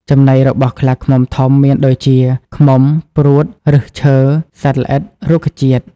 ចំណីរបស់ខ្លាឃ្មុំធំមានដូចជា ឃ្មុំ ព្រួត ឫសឈើ សត្វល្អិត រុក្ខជាតិ។